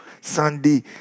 Sunday